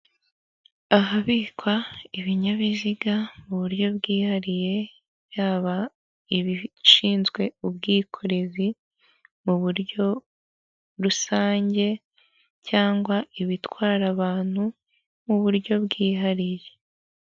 Ahabikwa ibinyabiziga mu buryo bwihariye, yaba ibishinzwe ubwikorezi mu buryo rusange cyangwa ibitwara abantu mu buryo bwihariye.